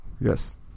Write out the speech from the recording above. Yes